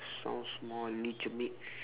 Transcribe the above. sounds more legitimate